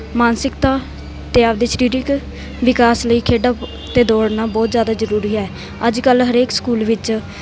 ਮਾਨਸਿਕਤਾ ਅਤੇ ਆਪਦੇ ਸਰੀਰਿਕ ਵਿਕਾਸ ਲਈ ਖੇਡਾਂ ਅਤੇ ਦੌੜਨਾ ਬਹੁਤ ਜ਼ਿਆਦਾ ਜ਼ਰੂਰੀ ਹੈ ਅੱਜ ਕੱਲ੍ਹ ਹਰੇਕ ਸਕੂਲ ਵਿੱਚ